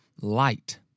light